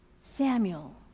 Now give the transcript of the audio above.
Samuel